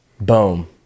Boom